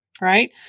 Right